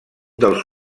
dels